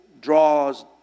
draws